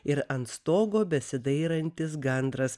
ir ant stogo besidairantis gandras